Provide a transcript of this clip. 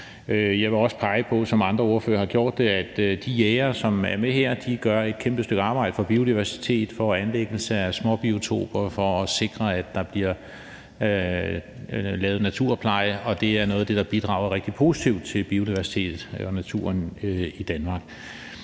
Jeg vil også pege på, som andre ordførere har gjort det, at de jægere, som er med her, gør et kæmpe stykke arbejde for biodiversitet, for anlæggelse af småbiotoper og for at sikre, at der bliver lavet naturpleje, og det er noget af det, der bidrager rigtig positivt til biodiversiteten og naturen i Danmark.